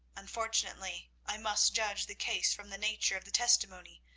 unfortunately, i must judge the case from the nature of the testimony,